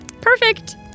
Perfect